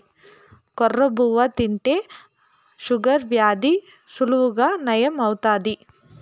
కొర్ర బువ్వ తింటే షుగర్ వ్యాధి సులువుగా నయం అవుతాది